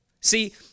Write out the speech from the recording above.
See